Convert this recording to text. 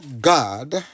God